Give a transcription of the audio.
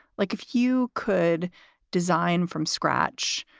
like if you could design from scratch?